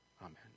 Amen